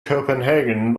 copenhagen